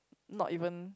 not even